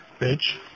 Bitch